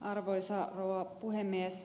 arvoisa rouva puhemies